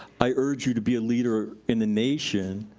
i urge you to be a leader in the nation